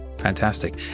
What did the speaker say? fantastic